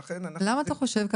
למה אתה חושב כך?